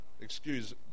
excuse